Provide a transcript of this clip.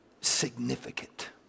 significant